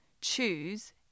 choose